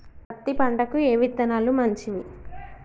పత్తి పంటకి ఏ విత్తనాలు మంచివి?